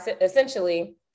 essentially